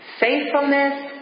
faithfulness